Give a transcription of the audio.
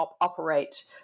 operate